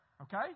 okay